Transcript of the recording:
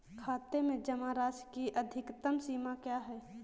खाते में जमा राशि की अधिकतम सीमा क्या है?